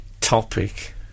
topic